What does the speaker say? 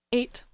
Eight